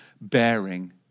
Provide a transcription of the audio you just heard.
bearing